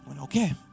okay